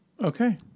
okay